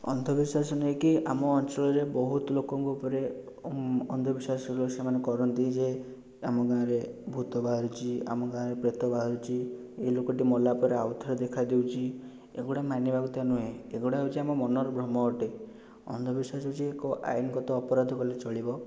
ଅନ୍ଧବିଶ୍ୱାସ ନେଇକି ଆମ ଅଞ୍ଚଳରେ ବହୁତ ଲୋକଙ୍କ ଉପରେ ଅନ୍ଧବିଶ୍ୱାସ ସେମାନେ କରନ୍ତି ଯେ ଆମ ଗାଁରେ ଭୂତ ବାହାରୁଛି ଆମ ଗାଁରେ ପ୍ରେତ ବାହାରୁଛି ଏହି ଲୋକଟି ମଲାପରେ ଆଉଥରେ ଦେଖାଦେଉଛି ଏଗୁଡ଼ା ମାନିବା କଥା ନୁହେଁ ଏଗୁଡ଼ା ହେଉଛି ଆମ ମନର ଭ୍ରମ ଅଟେ ଅନ୍ଧବିଶ୍ୱାସ ହେଉଛି ଏକ ଆଇନଗତ ଅପରାଧ କହିଲେ ଚଳିବ